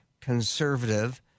conservative